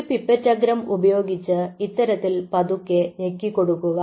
ഒരു പിപ്പറ്റ് അഗ്രം ഉപയോഗിച്ച് ഇത്തരത്തിൽ പതുക്കെ ഞെക്കി കൊടുക്കുക